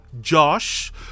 Josh